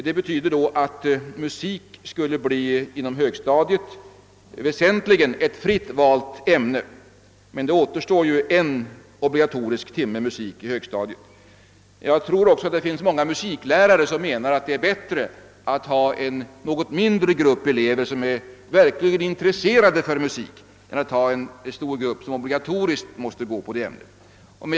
Det betyder att musik inom högstadiet väsentligen skulle bli ett fritt valt ämne, men där återstår dock en obligatorisk timme. Jag tror att många musiklärare menar att det är bättre att ha en något mindre grupp elever, som är verkligt intresserade av musik, än att ha en stor grupp som obligatoriskt deltar i undervisningen.